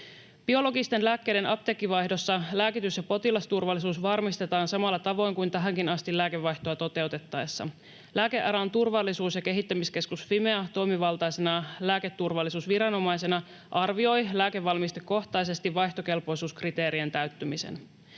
Biologisten lääkkeiden apteekkivaihdossa lääkitys- ja potilasturvallisuus varmistetaan samalla tavoin kuin tähänkin asti lääkevaihtoa toteutettaessa. Lääkealan turvallisuus- ja kehittämiskeskus Fimea toimivaltaisena lääketurvallisuusviranomaisena arvioi lääkevalmistekohtaisesti vaihtokelpoisuuskriteerien täyttymisen.